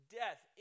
death